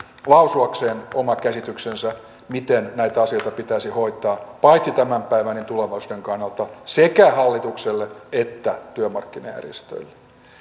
lausuakseen oma käsityksensä siitä miten näitä asioita pitäisi hoitaa paitsi tämän päivän niin tulevaisuuden kannalta sekä hallitukselle että työmarkkinajärjestöille